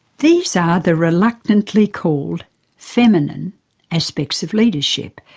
these are the reluctantly called feminine aspects of leadership,